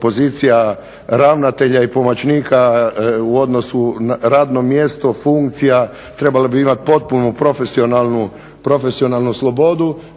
pozicija ravnatelja i pomoćnika u odnosu na radno mjesto, funkcija, trebalo bi imati potpunu profesionalnu slobodu,